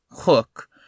hook